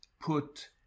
put